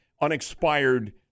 unexpired